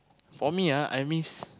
for me ah I miss